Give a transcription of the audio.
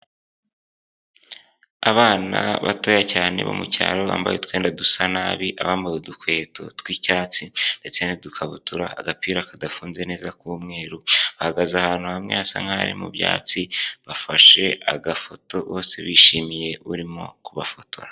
Abana batoya cyane bo mu cyaro bambaye utwenda dusa nabi, abambaye udukweto tw'icyatsi ndetse n'udukabutura, agapira kadafunze neza k'umweru, bahagaze ahantu hamwe hasa nk'aho ari mu byatsi, bafashe agafoto bose bishimiye urimo kubafotora.